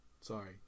Sorry